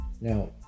Now